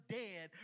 dead